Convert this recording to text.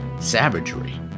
savagery